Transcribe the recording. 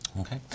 Okay